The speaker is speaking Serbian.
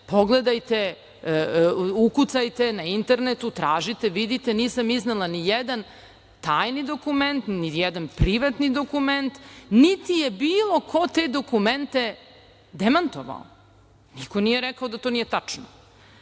pogledajte, ukucajte na internetu, tražite, vidite, nisam iznela ni jedan tajni dokument, ni jedan privatni dokument, niti je bilo ko te dokumente demantovao. Niko nije rekao da to nije tačno. Što